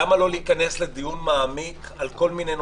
למה לא להיכנס לדיון מעמיק על כל מיני נושאים?